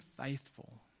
faithful